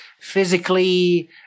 physically